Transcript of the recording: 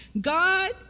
god